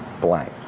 blank